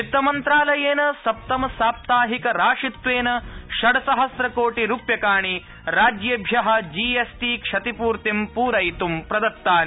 वित्तमन्त्रालयेन सप्तमसाप्ताहिकराशित्वेन षड् सहस्र कोटि रूप्यकाणि राज्येभ्य जीएस्टी क्षतिपूर्ति पूर्वितुं प्रदत्तानि